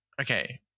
Okay